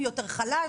מי יותר חלש,